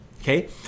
Okay